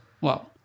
Wow